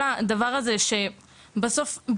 זו עשויה להיות בעיה,